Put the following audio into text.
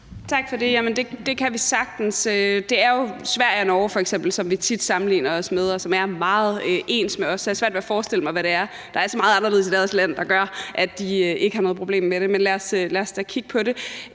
vi sagtens. Det er jo Sverige og Norge, som vi tit sammenligner os med, og som er meget lig os. Så jeg har svært ved at forestille mig, hvad det er, der er så meget anderledes i deres lande, som gør, at de ikke har noget problem med det. Men lad os da kigge på det.